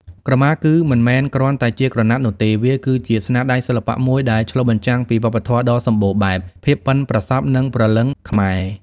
ក្រមាគឺមិនមែនគ្រាន់តែជាក្រណាត់នោះទេ វាគឺជា ស្នាដៃសិល្បៈមួយដែលឆ្លុះបញ្ចាំងពីវប្បធម៌ដ៏សម្បូរបែប ភាពប៉ិនប្រសប់ និងព្រលឹងខ្មែរ។